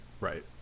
Right